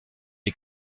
ait